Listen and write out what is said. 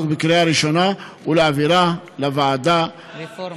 בקריאה ראשונה ולהעבירה לוועדה להכנה